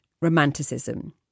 romanticism